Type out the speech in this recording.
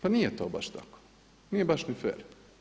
Pa nije to baš tako, nije baš ni fer.